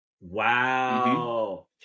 Wow